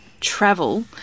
travel